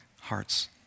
hearts